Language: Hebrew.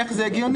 איך זה הגיוני?